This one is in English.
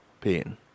pain